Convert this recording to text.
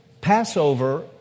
Passover